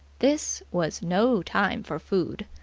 this was no time for food.